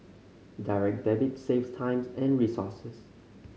Direct Debit saves time and resources